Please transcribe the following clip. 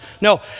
No